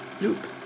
Loop